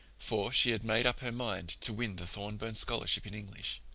for she had made up her mind to win the thorburn scholarship in english.